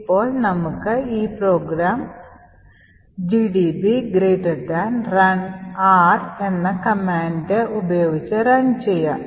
ഇപ്പോൾ നമുക്ക് ഈ പ്രോഗ്രാം gdb r എന്ന കമാൻഡ് ഉപയോഗിച്ച് റൺ ചെയ്യാം